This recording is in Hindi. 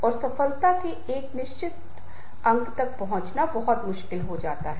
इसलिए यहां दो प्रकार के नेताओं का उल्लेख किया गया है एक यह है कि कार्य उन्मुख और अन्य एक सामाजिक भावनात्मक नेता हैं